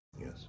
Yes